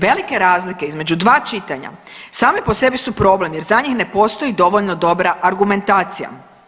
Velike razlike između dva čitanja same po sebi su problem jer za njih ne postoji dovoljno dobra argumentacija.